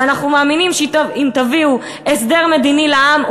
ואנחנו מאמינים שאם תביאו הסדר מדיני לעם,